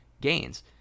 gains